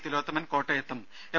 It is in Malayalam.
തിലോത്തമൻ കോട്ടയത്തും എം